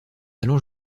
allant